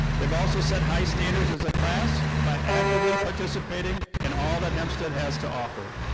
they've also set high standards as a class by actively participating in all that hempstead has to offer.